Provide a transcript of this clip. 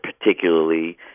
particularly